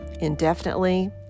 indefinitely